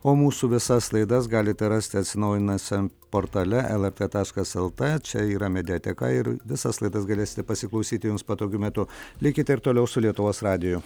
o mūsų visas laidas galite rasti atsinaujinusiam portale lrt taškas lt čia yra mediateka ir visas laidas galėsite pasiklausyti jums patogiu metu likite ir toliau su lietuvos radiju